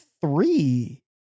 three